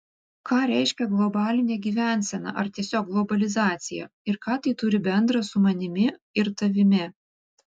ką reiškia globalinė gyvensena ar tiesiog globalizacija ir ką tai turi bendra su manimi ir tavimi